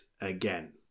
again